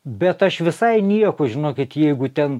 bet aš visai nieko žinokit jeigu ten